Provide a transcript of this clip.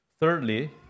Thirdly